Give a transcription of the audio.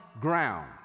ground